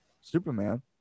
Superman